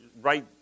right